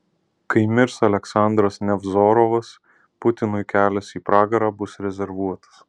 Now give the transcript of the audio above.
kai mirs aleksandras nevzorovas putinui kelias į pragarą bus rezervuotas